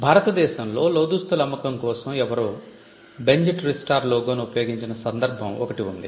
భారతదేశంలో లోదుస్తుల అమ్మకం కోసం ఎవరో బెంజ్ ట్రిస్టార్ లోగోను ఉపయోగించిన సందర్భం ఒకటి ఉంది